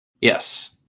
Yes